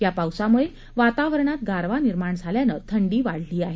या पावसामुळे वातावरणात गारवा निर्माण झाल्यानं थंडीत वाढ झाली आहे